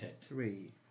Three